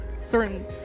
certain